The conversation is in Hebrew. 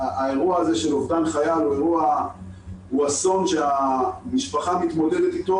האירוע הזה של אובדן חייל הוא אסון שהמשפחה מתמודדת איתו,